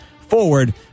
forward